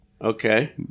Okay